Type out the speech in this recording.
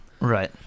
Right